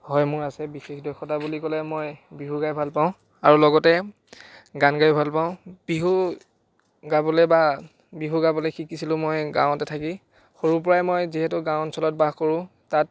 হয় মোৰ আছে বিশেষ দক্ষতা বুলি ক'লে মই বিহু গাই ভাল পাওঁ আৰু লগতে গান গায়ো ভাল পাওঁ বিহু গাবলৈ বা বিহু গাবলৈ শিকিছিলোঁ মই গাঁৱতে থাকি সৰুৰ পৰাই মই যিহেতু গাঁও অঞ্চলত বাস কৰোঁ তাত